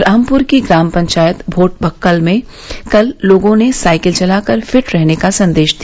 रामपुर की ग्राम पंचायत भोट बक्काल में कल लोगों ने साइकिल चलाकर फिट रहने का संदेश दिया